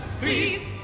please